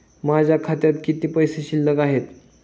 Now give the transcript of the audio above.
माझ्या खात्यात किती पैसे शिल्लक आहेत?